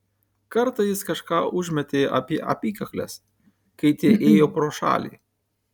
kartą jis kažką užmetė apie apykakles kai tie ėjo pro šalį